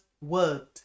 word